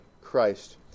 Christ